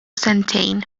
sentejn